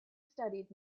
studied